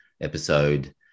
episode